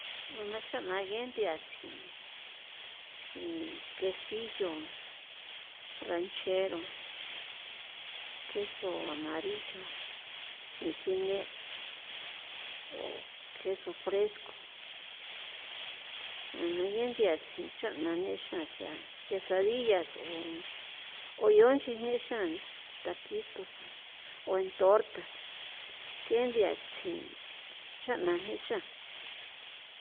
A na cha'na nge nthia tsji tsji quesillo ranchero, queso amarillo, sisine' o queso fresco a na gen nthia si chjana ne'e xan sea quesadillas o yonchi ne'xan taquitos o en tortas ke'e nthia tsjin ch'ana nexan.